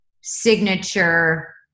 signature